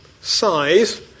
size